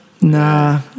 Nah